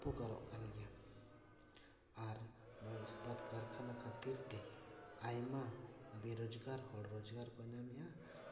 ᱩᱯᱚᱠᱟᱨᱚᱜ ᱠᱟᱱ ᱜᱮᱭᱟ ᱟᱨ ᱱᱚᱶᱟ ᱤᱥᱯᱟᱛ ᱠᱟᱨᱠᱷᱟᱱᱟ ᱠᱷᱟᱹᱛᱤᱨ ᱛᱮ ᱟᱭᱢᱟ ᱵᱮᱼᱨᱚᱡᱽᱜᱟᱨ ᱦᱚᱲ ᱨᱚᱡᱽᱜᱟᱨ ᱠᱚ ᱧᱟᱢᱮᱫᱼᱟ